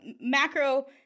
macro